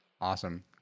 Awesome